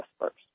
first